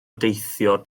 deithio